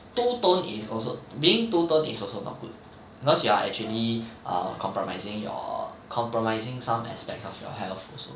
too toned is also being too toned is also not good because you are actually err compromising your compromising some aspects of your health also